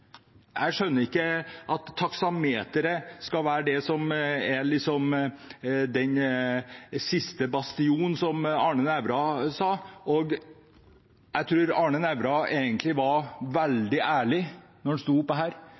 Jeg skjønner ikke at taksameteret skal være det som liksom er den siste bastionen, som Arne Nævra sa. Jeg tror Arne Nævra egentlig var veldig ærlig da han sto her